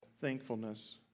thankfulness